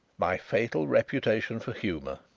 my fatal reputation for humour!